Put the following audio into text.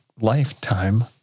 lifetime